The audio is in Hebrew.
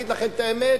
אגיד לכם את האמת,